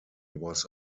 was